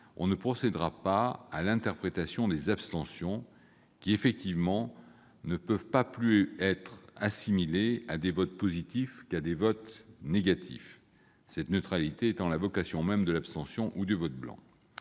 on ne procédera pas à l'interprétation des abstentions, qui ne peuvent effectivement pas être assimilées à des votes positifs plus qu'à des votes négatifs, la neutralité étant la vocation même de l'abstention ou du vote blanc.